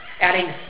adding